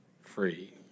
free